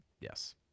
yes